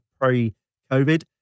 pre-COVID